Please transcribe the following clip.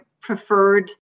preferred